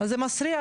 זה מסריח.